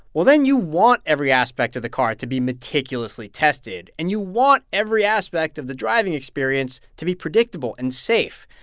well, then you want every aspect of the car to be meticulously tested, and you want every aspect of the driving experience to be predictable and safe.